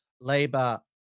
Labour